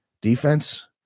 defense